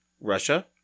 Russia